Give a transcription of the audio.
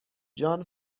جان